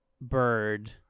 bird